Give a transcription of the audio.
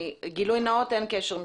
גילוי נאות אין קשר משפחתי.